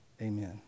Amen